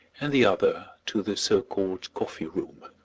and the other to the so-called coffee-room.